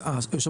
היושב ראש,